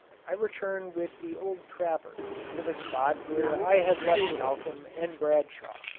i returned with the old trapper to the spot where i had left malcolm and bradshaw,